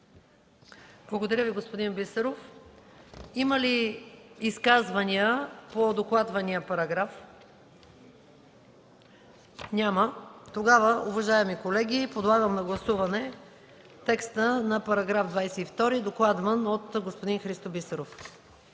Благодаря Ви, господин Бисеров. Има ли изказвания по докладвания параграф? Няма. Тогава, уважаеми колеги, подлагам на гласуване текста на § 22, докладван от господин Христо Бисеров.